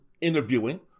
interviewing